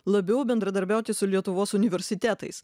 labiau bendradarbiauti su lietuvos universitetais